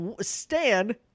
Stan